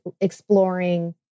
exploring